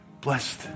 Blessed